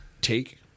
take